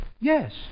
yes